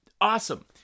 awesome